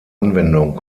anwendung